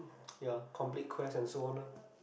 ya complete quests and so on lah